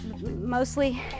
mostly